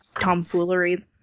tomfoolery